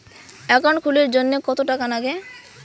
Account খুলির জন্যে কত টাকা নাগে?